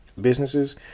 businesses